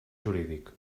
jurídic